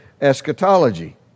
eschatology